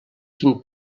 quin